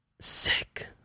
sick